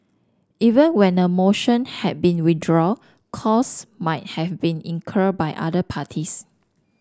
even when a motion had been withdrawn costs might have been incurred by other parties